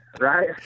Right